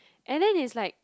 and then is like